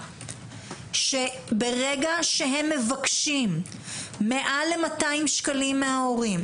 שברגע שהם מבקשים מעל ל- 200 ₪ מההורים,